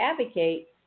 advocate